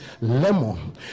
lemon